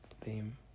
theme